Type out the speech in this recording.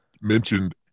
mentioned